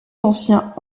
anciens